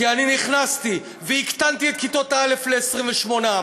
כי אני נכנסתי והקטנתי את כיתות א' ל-28,